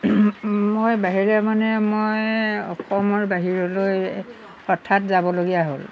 মই বাহিৰে মানে মই অসমৰ বাহিৰলৈ হঠাৎ যাবলগীয়া হ'ল